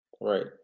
right